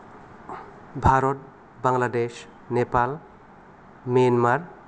Bharat Bangladesh Nepal Myanmar